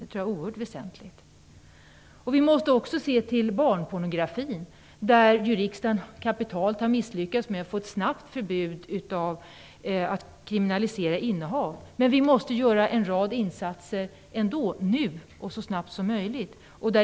Det tror jag är oerhört väsentligt. Vi måste också se till barnpornografin, där riksdagen kapitalt har misslyckats med att snabbt få en kriminalisering av innehav. Men vi måste göra en rad insatser ändå, så snabbt som möjligt.